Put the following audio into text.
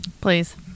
Please